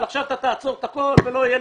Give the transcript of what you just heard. אבל עכשיו אתה תעצור את הכול ולא יהיה